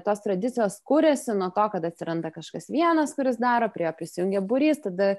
tos tradicijos kuriasi nuo to kad atsiranda kažkas vienas kuris daro prie jo prisijungia būrys tada